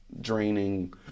draining